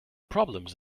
problems